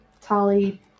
Tali